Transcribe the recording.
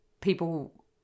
people